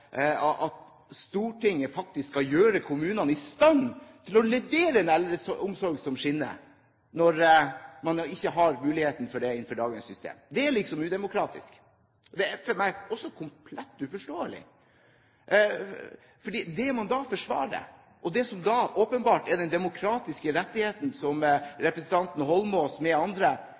at Stortinget faktisk skal gjøre kommunene i stand til å levere en eldreomsorg som skinner, noe man ikke har mulighet til innenfor dagens system. Det er liksom udemokratisk. Det er for meg komplett uforståelig. Det man da forsvarer, og det som da åpenbart er den demokratiske rettigheten som representanten Holmås og andre